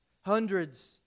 Hundreds